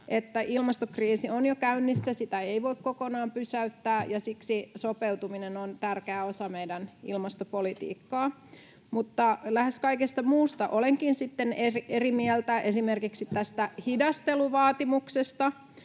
ilmastokriisi on jo käynnissä ja sitä ei voi kokonaan pysäyttää ja siksi sopeutuminen on tärkeä osa meidän ilmastopolitiikkaa. Mutta lähes kaikesta muusta olenkin sitten eri mieltä, esimerkiksi tästä hidasteluvaatimuksesta.